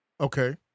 Okay